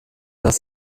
das